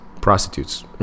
prostitutes